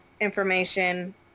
information